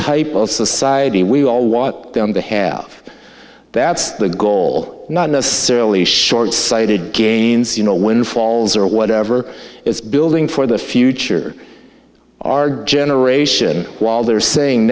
type of society we all want them to have that's the goal not necessarily short sighted gains you know windfalls or whatever is building for the future our generation while they're saying